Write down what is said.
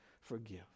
forgive